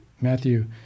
Matthew